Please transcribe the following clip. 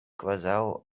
kvazaŭ